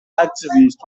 activist